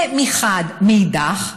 מאידך,